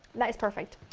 that is perfect,